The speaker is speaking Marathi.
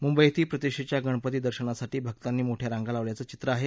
मुंबईतही प्रतिष्ठेच्या गणपती दर्शनासाठी भक्तांनी मोठ्या रांगा रावल्याचं चित्र आहे